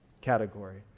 category